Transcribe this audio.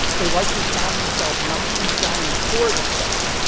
they likely found themselves not deep down in the core of the star,